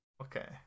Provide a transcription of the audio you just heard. okay